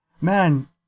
Man